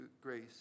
grace